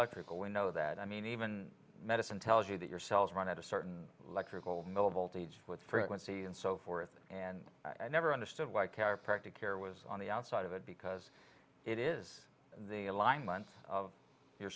electrical we know that i mean even medicine tells you that your cells run at a certain electrical millivolts age with frequency and so forth and i never understood why care practically or was on the outside of it because it is the alignment of you